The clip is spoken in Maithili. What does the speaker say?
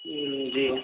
जी